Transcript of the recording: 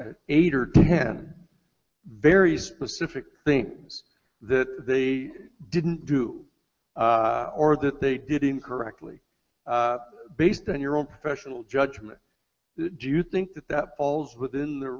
eight or ten very specific think that they didn't do or that they did incorrectly based on your own professional judgment do you think that that falls within the